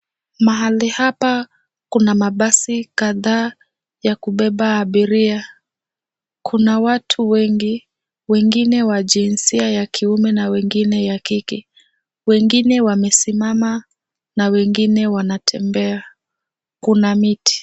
Mahali hapa kuna mabasi kadhaa ya kubeba abiria. Kuna watu wengi. Wengine wa jinsia ya kiume na wengine ya kike. Wengine wamesimama na wengine wanatembea. Kuna miti.